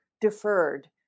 deferred